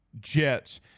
Jets